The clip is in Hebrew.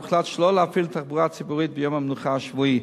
הוחלט שלא להפעיל תחבורה ציבורית ביום המנוחה השבועי.